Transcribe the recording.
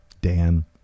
Dan